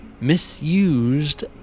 misused